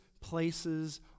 places